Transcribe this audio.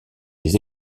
les